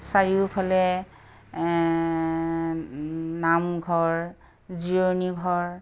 চাৰিওফালে নামঘৰ জিৰণি ঘৰ